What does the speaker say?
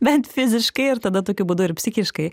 bent fiziškai ir tada tokiu būdu ir psichiškai